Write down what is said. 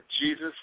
Jesus